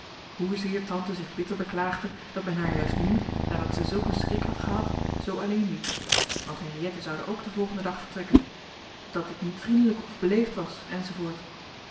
hoezeer tante zich bitter beklaagde dat men haar juist nu nadat zij zulk een schrik had gehad zoo alleen liet want henriëtte zoude ook den volgenden dag vertrekken dat dit niet vriendelijk of beleefd was